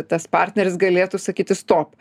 tas partneris galėtų sakyti stop